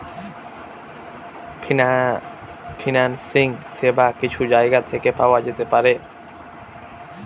financing সেবা কিছু জায়গা থেকে পাওয়া যেতে পারে